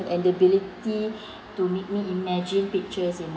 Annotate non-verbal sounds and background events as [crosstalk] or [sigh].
and the ability [breath] to make me imagine pictures in my